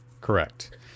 Correct